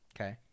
Okay